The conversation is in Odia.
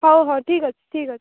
ହଉ ହଉ ଠିକ୍ଅଛି ଠିକ୍ଅଛି